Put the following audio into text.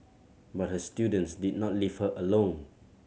but her students did not leave her alone